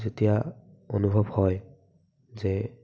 যেতিয়া অনুভৱ হয় যে